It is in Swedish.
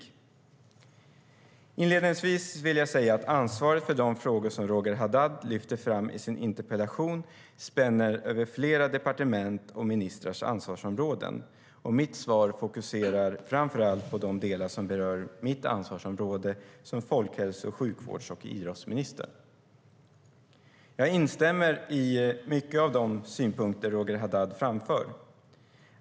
Jag instämmer i mycket av de synpunkter Roger Haddad framför.